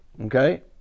okay